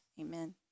Amen